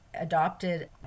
adopted